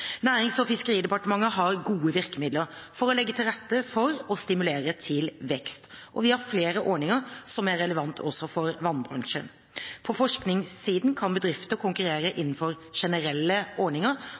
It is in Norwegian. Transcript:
Nærings- og fiskeridepartementet har gode virkemidler for å legge til rette for og stimulere til vekst. Vi har flere ordninger som er relevante også for vannbransjen. På forskningssiden kan bedrifter konkurrere innenfor generelle ordninger